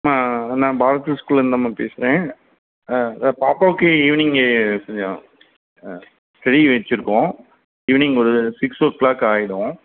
அம்மா நான் பாலகிருஷ்ணா ஸ்கூலிருந்துதாம்மா பேசுகிறேன் ஆ அதுதான் பாப்பாவுக்கு ஈவினிங்கி கொஞ்சம் ஸ்டெடி வெச்சுருக்கோம் ஈவினிங் ஒரு சிக்ஸ் ஓ கிளாக் ஆகிடும்